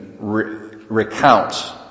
recount